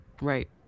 Right